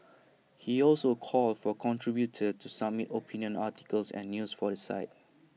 he also called for contributors to submit opinion articles and news for the site